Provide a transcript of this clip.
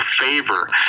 favor